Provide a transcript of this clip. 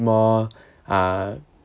more uh